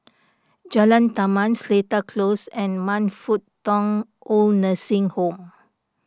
Jalan Taman Seletar Close and Man Fut Tong Oid Nursing Home